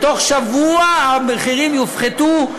בתוך שבוע המחירים יופחתו,